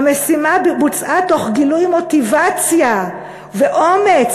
המשימה בוצעה תוך גילוי מוטיבציה ואומץ".